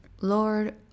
Lord